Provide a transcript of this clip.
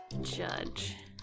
judge